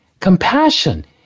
compassion